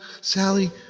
Sally